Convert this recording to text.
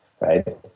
Right